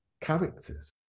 characters